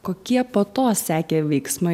kokie po to sekė veiksmai